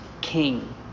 king